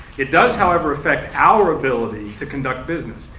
it does however affect our ability to conduct business.